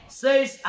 says